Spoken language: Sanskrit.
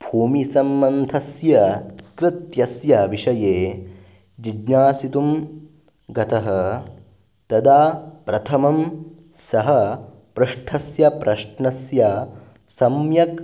भूमिसम्बन्धस्य कृत्यस्य विषये जिज्ञासितुं गतः तदा प्रथमं सः पृष्ठस्य प्रश्नस्य सम्यक्